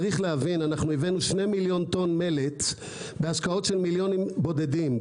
צריך להבין: הבאנו 2 מיליון טון מלט בהשקעות של מיליונים בודדים.